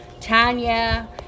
Tanya